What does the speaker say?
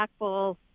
impactful